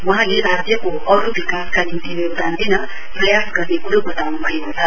वहाँले राज्यको अरु विकासका निम्ति योगदान दिन प्रयास गर्ने क्रो वताउन् भएको छ